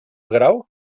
grau